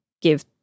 give